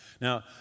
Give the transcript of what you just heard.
Now